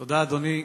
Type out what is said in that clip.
תודה, אדוני.